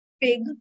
big